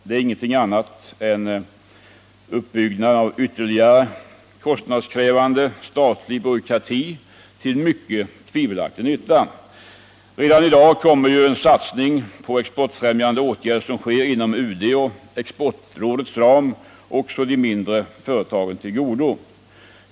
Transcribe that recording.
Det är ingenting annat än uppbyggnaden av ytterligare en kostnadskrävande statlig byråkrati till tvivelaktig nytta. Redan i dag kommer ju den satsning på exportfrämjande åtgärder som sker inom UD:s och exportrådets ram också de mindre företagen till godo.